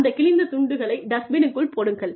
அந்த கிழித்த துண்டுகளை டஸ்ட்பினுக்குள் போடுங்கள்